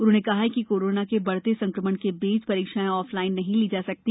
उन्होंने कहा है कि कोरोना के बढ़ते संक्रमण के बीच परीक्षाएं ऑफलाइन नहीं ली जा सकती